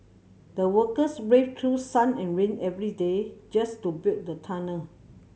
the workers braved through sun and rain every day just to build the tunnel